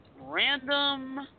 random